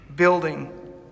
building